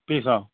piece অঁ